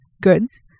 goods